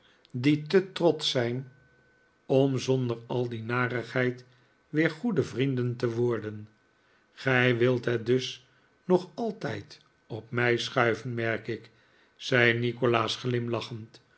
die te trotsch zijn om zonder al die narigheid weer goede vrienden te worden gij wilt het dus nog altijd op mij schuiven merk ik zei nikolaas glimlachend